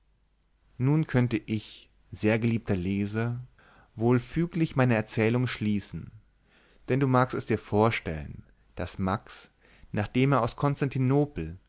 nun könnte ich sehr geliebter leser wohl füglich meine erzählung schließen denn du magst es dir vorstellen daß max nachdem er aus